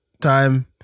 Time